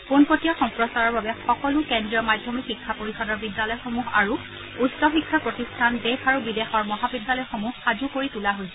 পোনপটীয়া সম্প্ৰচাৰৰ বাবে সকলো কেন্দ্ৰীয় মাধ্যমিক শিক্ষা পৰিষদৰ বিদ্যালয়সমূহ আৰু উচ্চ শিক্ষা প্ৰতিষ্ঠান দেশ আৰু বিদেশৰ মহাবিদ্যালয়সমূহ সাজু কৰি তোলা হৈছে